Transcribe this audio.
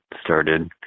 started